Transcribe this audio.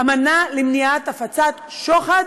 אמנה למניעת הפצת שוחד